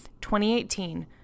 2018